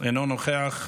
אינו נוכח.